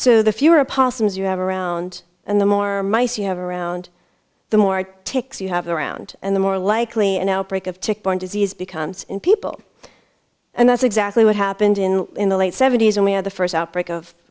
so the fewer possums you have around and the more mice you have around the more takes you have around and the more likely an outbreak of tick borne disease becomes in people and that's exactly what happened in in the late seventy's when we had the first outbreak of